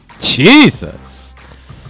Jesus